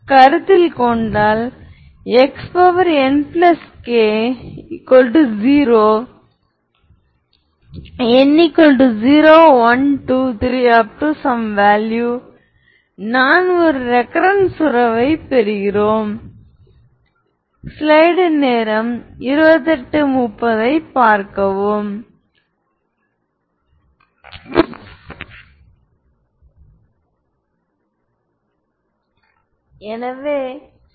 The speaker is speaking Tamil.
எனவே டாட் ப்ரோடக்ட் ஐ எடுத்து நாம் எழுதும் போது 1v1 v2 2v1 v2 இப்போது v1 v2 ஐகென் வெக்டார் என்பதால் அவை பூஜ்யம் அல்லாதவை மற்றும் λ1≠λ2